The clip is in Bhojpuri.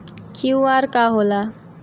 क्यू.आर का होला?